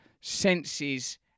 senses